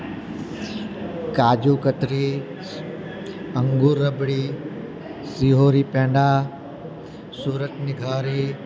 કાજુ કતરી અંગુર રબડી શિહોરી પેંડા સુરતની ઘારી